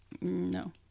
No